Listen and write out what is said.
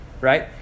right